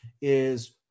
is-